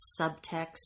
subtext